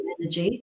energy